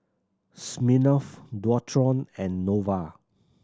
Smirnoff Dualtron and Nova